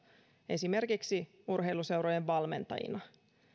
esimerkiksi urheiluseurojen valmentajina